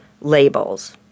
labels